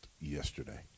yesterday